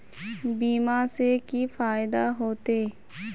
बीमा से की फायदा होते?